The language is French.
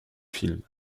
film